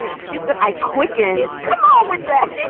shit that i quickies with that